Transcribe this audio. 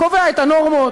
קובע את הנורמות,